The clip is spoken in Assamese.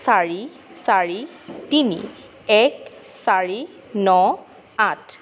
চাৰি চাৰি তিনি এক চাৰি ন আঠ